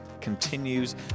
continues